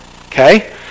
Okay